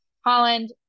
holland